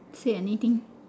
say anything